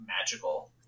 Magical